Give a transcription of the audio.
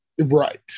Right